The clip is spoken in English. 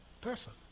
person